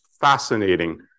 fascinating